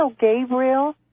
Gabriel